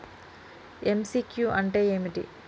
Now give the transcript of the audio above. MCQ అంటే ఏమిటి?